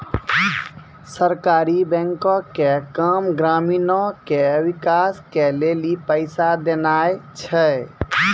सहकारी बैंको के काम ग्रामीणो के विकास के लेली पैसा देनाय छै